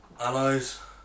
allies